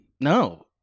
No